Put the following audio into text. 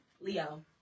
Leo